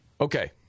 Okay